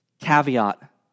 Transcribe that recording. caveat